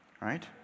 Right